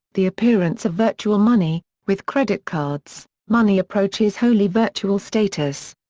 the appearance of virtual money, with credit cards money approaches wholly virtual status.